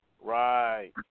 right